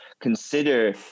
consider